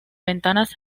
ventanas